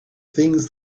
things